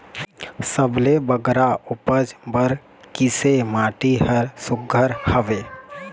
सबले बगरा उपज बर किसे माटी हर सुघ्घर हवे?